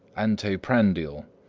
anteprandial.